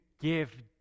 give